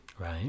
Right